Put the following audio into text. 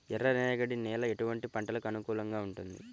ఎర్ర రేగడి నేల ఎటువంటి పంటలకు అనుకూలంగా ఉంటుంది?